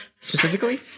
specifically